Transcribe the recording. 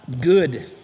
good